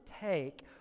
take